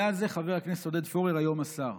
היה זה חבר הכנסת עודד פורר, היום השר.